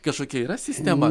kažkokia yra sistema